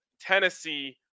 Tennessee